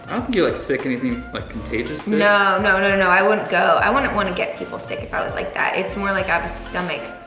you're like sick anything like contagious this? no, no no no no, i wouldn't go. i wouldn't wanna get people sick if i was like that. it's more like i have a stomach.